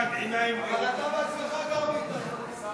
אבל אתה בעצמך גר בהתנחלות.